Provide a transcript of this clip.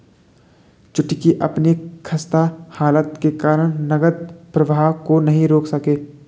छुटकी अपनी खस्ता हालत के कारण नगद प्रवाह को नहीं रोक सके